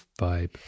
vibe